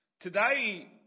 Today